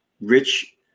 rich